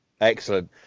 Excellent